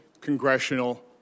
congressional